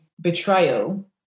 betrayal